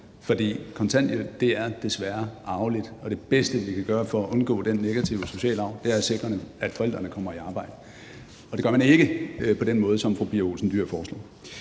på kontanthjælp er desværre arveligt, og det bedste, vi kan gøre for at undgå den negative sociale arv, er at sikre, at forældrene kommer i arbejde. Det gør man ikke på den måde, som fru Pia Olsen Dyhr foreslår.